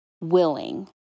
willing